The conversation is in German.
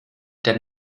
der